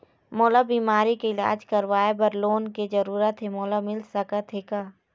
मोला बीमारी के इलाज करवाए बर लोन के जरूरत हे मोला मिल सकत हे का?